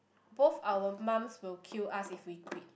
both our mums will kill us if we quit